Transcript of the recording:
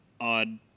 odd